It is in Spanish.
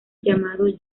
llamado